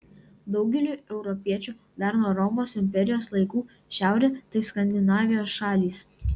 daugeliui europiečių dar nuo romos imperijos laikų šiaurė tai skandinavijos šalys